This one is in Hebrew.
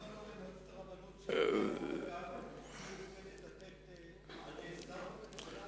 למה לא למועצת הרבנות, שמופקדת על-פי החוק?